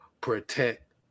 protect